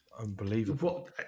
unbelievable